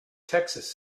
texas